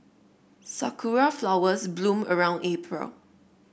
sakura flowers bloom around April